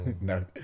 No